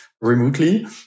remotely